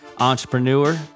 entrepreneur